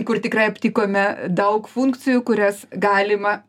kur tikrai aptikome daug funkcijų kurias galima